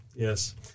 Yes